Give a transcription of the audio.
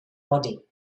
body